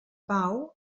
pau